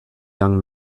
young